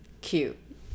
cute